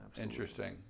interesting